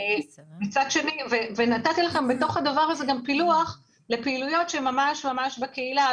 נתתי לכם בתוך זה גם פילוח לפעילויות בקהילה,